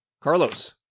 Carlos